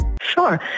sure